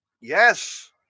yes